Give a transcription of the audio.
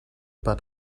about